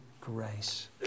grace